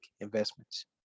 investments